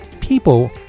People